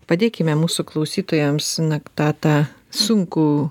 padėkime mūsų klausytojams na tą tą sunkų